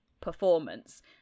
performance